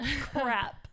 Crap